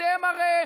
אתם הרי,